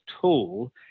tool